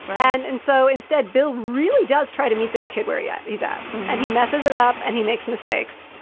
and and so instead, bill really does try to meet this kid where yeah he's at and he messes it up and he makes mistakes.